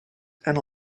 and